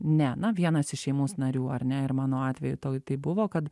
ne na vienas iš šeimos narių ar ne ir mano atveju tai buvo kad